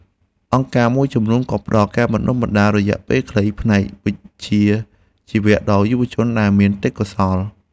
អង្គការមួយចំនួនក៏ផ្តល់ការបណ្តុះបណ្តាលរយៈពេលខ្លីផ្នែកវិជ្ជាជីវៈដល់យុវជនដែលមានទេពកោសល្យ។